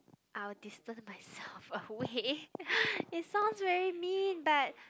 I will distance myself away it sounds very mean but